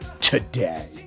today